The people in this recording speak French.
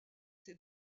ses